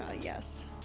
yes